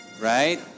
right